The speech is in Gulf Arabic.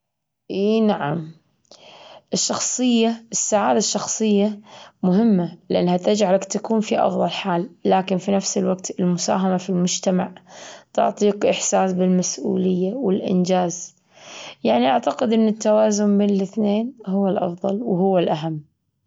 إي نعم، الشخصية، السعادة الشخصية مهمة لأنها تجعلك تكون في أفظل حال، لكن في نفس الوقت المساهمة في المجتمع تعطيك إحساس بالمسؤولية والإنجاز، يعني أعتقد إن التوازن بين الإثنين هو الأفضل وهو الأهم.